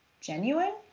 genuine